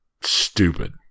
stupid